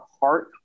heart